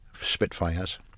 Spitfires